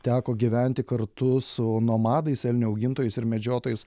teko gyventi kartu su nomadais elnių augintojais ir medžiotojais